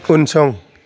उनसं